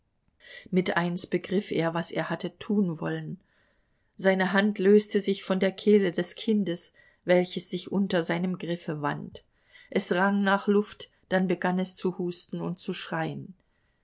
mit eins begriff er was er hatte tun wollen seine hand löste sich von der kehle des kindes welches sich unter seinem griffe wand es rang nach luft dann begann es zu husten und zu schreien